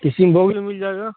کشن بھوگ مل جائے گا